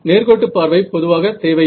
நேர்கோட்டு பார்வை பொதுவாக தேவையில்லை